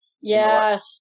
Yes